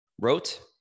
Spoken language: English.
wrote